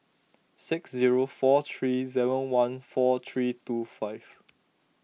six zero four three seven one four three two five